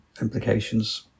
implications